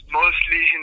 mostly